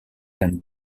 can